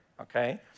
okay